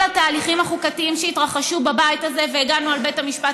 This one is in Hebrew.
התהליכים החוקתיים שהתרחשו בבית הזה והגנו על בית המשפט